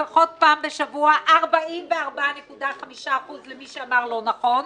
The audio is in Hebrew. לפחות פעם בשבוע, 44.5%, למי שאמר לא נכון,